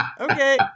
Okay